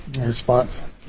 Response